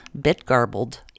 bit-garbled